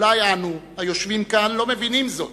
אולי אנו, היושבים כאן, לא מבינים זאת,